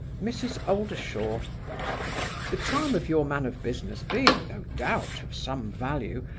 mrs. oldershaw the time of your man of business being, no doubt, of some value,